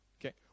Okay